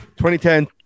2010